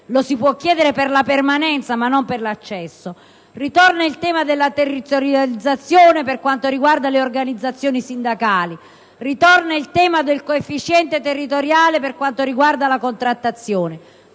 lo si può chiedere per la permanenza, ma non per l'accesso). Ritorna il tema della territorializzazione per quanto riguarda le organizzazioni sindacali, ritorna il tema del coefficiente territoriale per quanto riguarda la contrattazione.